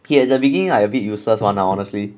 he at the beginning are a bit useless [one] lah honestly